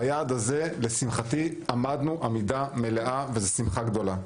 ביעד הזה לשמחתי עמדנו עמידה מלאה וזה שמחה גדולה.